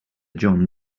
john